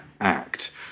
act